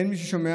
אין מי ששומע,